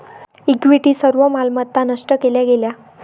equity सर्व मालमत्ता नष्ट केल्या गेल्या